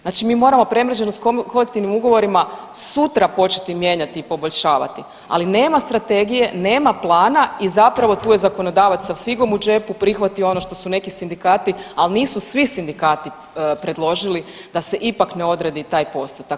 Znači mi moramo premreženost kolektivnim ugovorima sutra početi mijenjati i poboljšavati, ali nema strategije, nema plana i zapravo tu je zakonodavac sa figom u džepu prihvatio ono što su neki sindikati, al nisu svi sindikati predložili da se ipak ne odredi taj postotak.